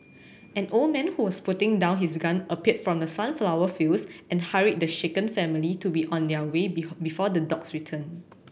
an old man who was putting down his gun appeared from the sunflower fields and hurried the shaken family to be on their way before the dogs return